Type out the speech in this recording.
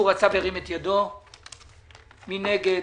מי נגד?